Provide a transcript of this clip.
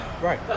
right